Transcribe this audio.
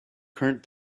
current